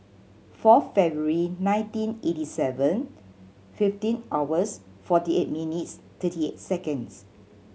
four February nineteen eighty seven fifteen hours forty eight minutes thirty eight seconds